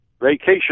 vacation